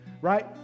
right